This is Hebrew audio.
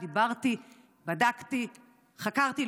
דיברתי, בדקתי, חקרתי.